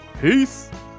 Peace